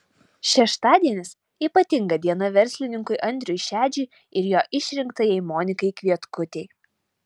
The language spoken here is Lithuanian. šeštadienis ypatinga diena verslininkui andriui šedžiui ir jo išrinktajai monikai kvietkutei